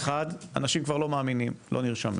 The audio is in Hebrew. האחד, אנשים כבר לא מאמינים, לא נרשמים.